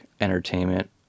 entertainment